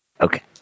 Okay